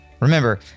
remember